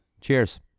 Cheers